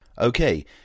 Okay